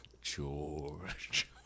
George